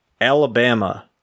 Alabama